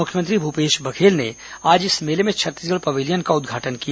मुख्यमंत्री भूपेश बघेल ने आज इस मेले में छत्तीसगढ़ पवेलियन का उद्घाटन किया